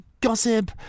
Gossip